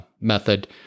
method